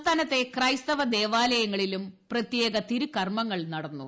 സംസ്ഥാനത്തെ ക്രൈസ്തവ ദേവാലയങ്ങളിലും പ്രത്യേക തിരുക്കർമ്മങ്ങൾ നടന്നു